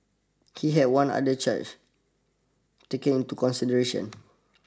he had one other charge taken into consideration